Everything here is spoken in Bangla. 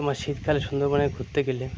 তোমার শীতকালে সুন্দরবনে ঘুরতে গেলে